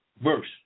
verse